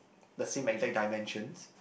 the same exact dimensions